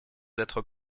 d’être